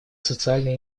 социальная